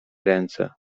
ręce